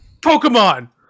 Pokemon